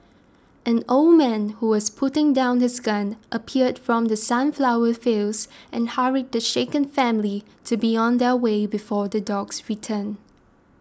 an old man who was putting down his gun appeared from the sunflower fields and hurried the shaken family to be on their way before the dogs return